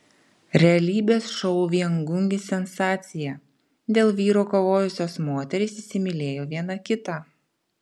realybės šou viengungis sensacija dėl vyro kovojusios moterys įsimylėjo viena kitą